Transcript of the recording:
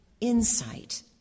insight